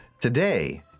Today